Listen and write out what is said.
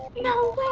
no